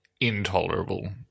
intolerable